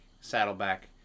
Saddleback